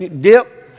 dip